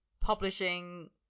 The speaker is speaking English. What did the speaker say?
publishing